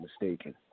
mistaken